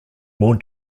more